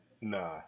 Nah